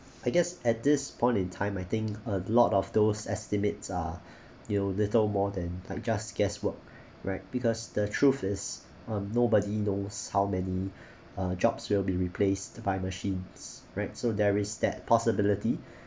I guess at this point in time I think a lot of those estimates are you know little more than like just guest work right because the truth is um nobody knows how many uh jobs will be replaced by machines right so there is that possibility